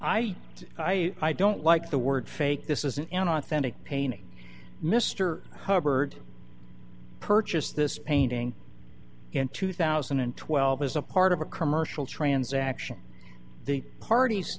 i i i don't like the word fake this isn't an authentic painting mr hubbard purchased this painting in two thousand and twelve as a part of a commercial transaction the parties